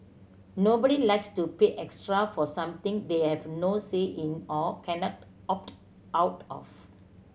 nobody likes to pay extra for something they have no say in or cannot opt out of